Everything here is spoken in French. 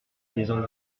anglicans